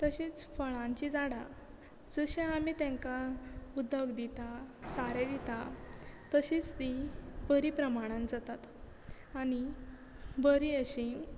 तशीच फळांची झाडां जशे आमी तेंका उदक दिता सारें दिता तशींच तीं बरी प्रमाणान जातात आनी बरी अशी